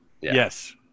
yes